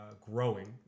growing